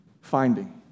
finding